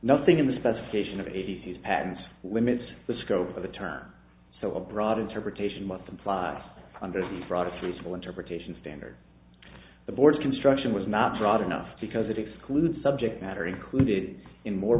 nothing in the specification of eighty's patents limits the scope of the term so a broad interpretation multiplies under the product reasonable interpretation standard the board's construction was not broad enough because it excludes subject matter included in more